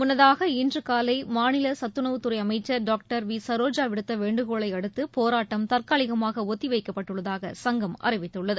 முன்னதாக இன்றுகாலை மாநில சத்துணவுத்துறை அமைச்சர் டாக்டர் வி சரோஜா விடுத்த வேண்டுகோளை அடுத்து போராட்டம் தற்காலிகமாக ஒத்திவைக்கப்பட்டுள்ளதாக சங்கம் அறிவித்துள்ளது